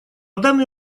данный